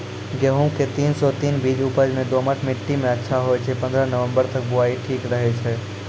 गेहूँम के तीन सौ तीन बीज उपज मे दोमट मिट्टी मे अच्छा होय छै, पन्द्रह नवंबर तक बुआई ठीक रहै छै